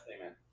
amen